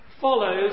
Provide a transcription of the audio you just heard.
follows